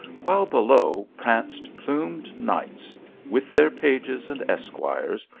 while below pranced plumed knights with their pages and es quires,